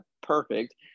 perfect